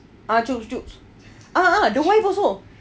ah choobs choobs a'ah the wife also